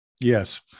Yes